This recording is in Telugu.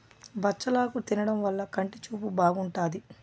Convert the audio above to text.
బచ్చలాకు తినడం వల్ల కంటి చూపు బాగుంటాది